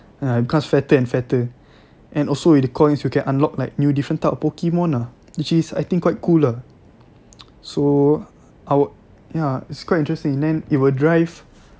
ya it becomes fatter and fatter and also with coins you can unlock like new different type of Pokemon ah which is I think quite cool ah so our ya it's quite interesting then it will drive